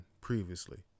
previously